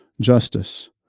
justice